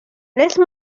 laissez